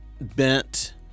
bent